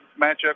matchup